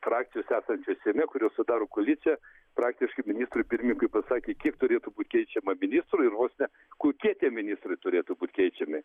frakcijos esančios seime kurios sudaro koaliciją praktiškai ministrui pirmininkui pasakė kiek turėtų būt keičiama ministrų ir vos ne kokie tie ministrai turėtų būt keičiami